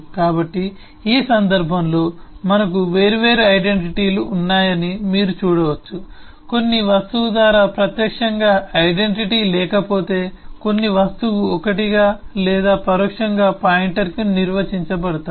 కాబట్టి ఈ సందర్భంలో మనకు వేర్వేరు ఐడెంటిటీలు ఉన్నాయని మీరు చూడవచ్చు కొన్ని వస్తువు ద్వారా ప్రత్యక్షంగా ఐడెంటిటీ లేకపోతే కొన్ని వస్తువు 1 గా లేదా పరోక్షంగా పాయింటర్కు నిర్వహించబడతాయి